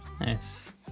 Nice